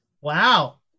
Wow